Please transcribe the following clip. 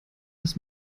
das